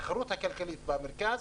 בתחרות הכלכלית במרכז,